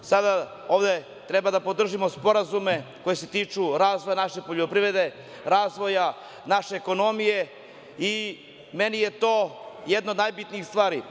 Sada ovde treba da podržimo sporazume koji se tiču razvoja naše poljoprivrede, razvoja naše ekonomije i meni je to jedna od najbitnijih stvari.